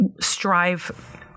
strive